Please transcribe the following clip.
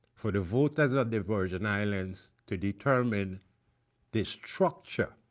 for the voters of the virgin islands to determine the structure